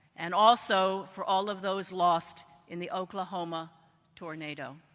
and also for all of those lost in the oklahoma tornado.